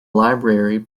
library